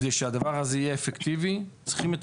כדי שהדבר הזה יהיה אפקטיבי צריכים את